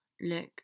Look